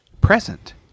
present